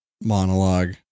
monologue